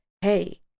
hey